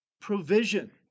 provision